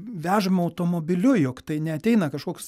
vežama automobiliu jog tai neateina kažkoks